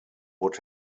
would